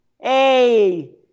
hey